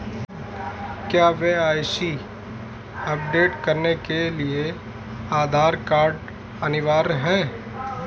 क्या KYC update करने के लिए आधार कार्ड अनिवार्य है?